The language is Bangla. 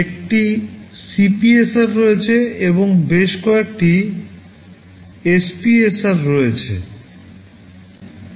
একটি CPSR রয়েছে এবং বেশ কয়েকটি SPSR রয়েছে